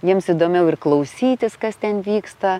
jiems įdomiau ir klausytis kas ten vyksta